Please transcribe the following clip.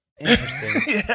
Interesting